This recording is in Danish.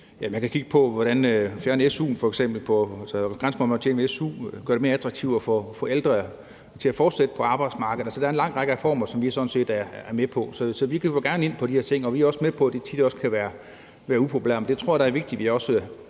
man må tjene med su – og man kan gøre det mere attraktivt for ældre at fortsætte på arbejdsmarkedet. Der er en lang række reformer, som vi sådan set er med på. Så vi køber gerne ind på de her ting, og vi er også med på, at de tit kan være upopulære. Men jeg tror da også, det er vigtigt,